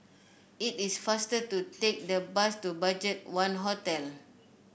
it is faster to take the bus to Budget One Hotel